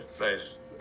nice